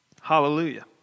Hallelujah